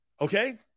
Okay